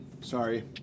Sorry